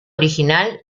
original